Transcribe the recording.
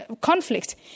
conflict